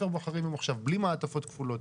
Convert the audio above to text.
בלי מעטפות כפולות.